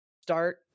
start